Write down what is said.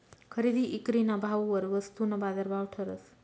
खरेदी ईक्रीना भाववर वस्तूना बाजारभाव ठरस